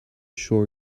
sure